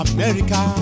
America